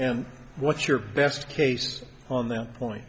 and what's your best case on the point